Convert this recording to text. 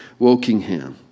Wokingham